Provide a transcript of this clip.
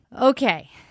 Okay